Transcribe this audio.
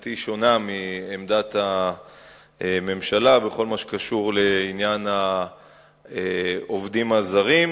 שעמדתי שונה מעמדת הממשלה בכל מה שקשור לעניין העובדים הזרים,